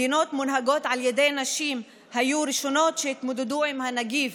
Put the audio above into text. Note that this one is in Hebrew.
מדינות המונהגות על ידי נשים היו הראשונות שהתמודדו עם הנגיף